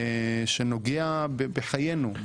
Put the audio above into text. שנוגע בחיינו,